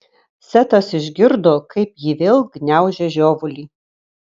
setas išgirdo kaip ji vėl gniaužia žiovulį